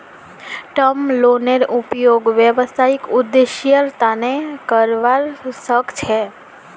term लोनेर उपयोग व्यावसायिक उद्देश्येर तना करावा सख छी